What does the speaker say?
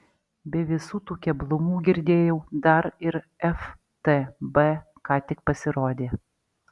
be visų tų keblumų girdėjau dar ir ftb ką tik pasirodė